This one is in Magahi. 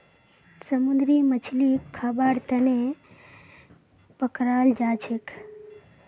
समुंदरी मछलीक खाबार तनौ पकड़ाल जाछेक